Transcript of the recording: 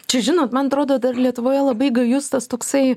čia žinot man atrodo dar lietuvoje labai gajus tas toksai